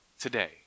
today